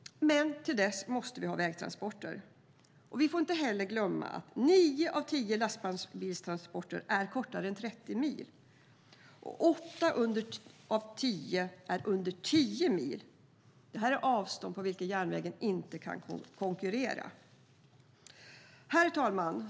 Men under tiden måste vi ha vägtransporter. Vi får inte heller glömma att nio av tio lastbilstransporter är kortare än 30 mil och att åtta av tio är under 10 mil. Det här är avstånd på vilka järnvägen inte kan konkurrera. Herr talman!